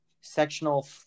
sectional